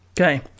Okay